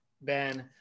ben